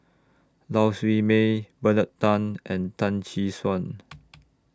Lau Siew Mei Bernard Tan and Tan Tee Suan